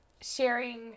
sharing